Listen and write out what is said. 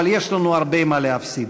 אבל יש לנו הרבה מה להפסיד.